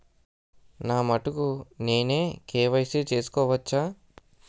నా మటుకు నేనే కే.వై.సీ చేసుకోవచ్చా?